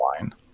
line